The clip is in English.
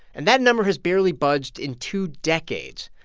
and that number has barely budged in two decades